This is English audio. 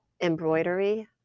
embroidery